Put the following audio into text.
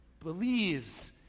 Believes